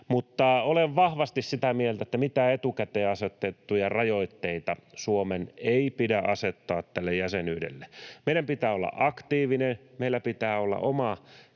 Mutta minä olen vahvasti sitä mieltä, että mitään etukäteen asetettuja rajoitteita Suomen ei pidä asettaa tälle jäsenyydelle. Meidän pitää olla aktiivinen, meillä pitää olla oma